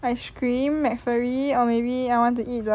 ice cream McFlurry or maybe I want to eat